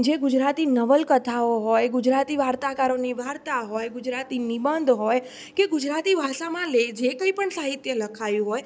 જે ગુજરાતી નવલકથાઓ હોય ગુજરાતી વાર્તાકારોની વાર્તા હોય ગુજરાતી નિબંધ હોય કે ગુજરાતી ભાષામાં લે જે કંઈ પણ સાહિત્ય લખાયું હોય